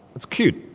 it's cute.